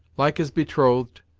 like his betrothed,